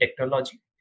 technology